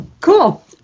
Cool